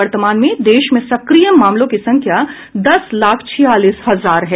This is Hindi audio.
वर्तमान में देश में सक्रिय मामलों की संख्या दस लाख छियालीस हजार हैं